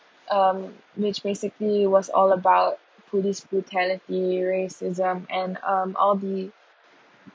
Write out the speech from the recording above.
um which basically was all about police brutality racism and um all the